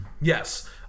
Yes